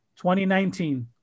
2019